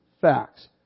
Facts